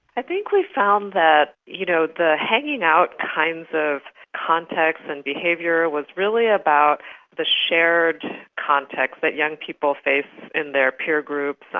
i think we found that you know the hanging out kinds of contexts and behaviour was really about the shared context that young people face in their peer groups,